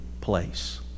place